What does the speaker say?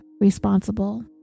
responsible